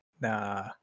nah